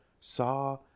saw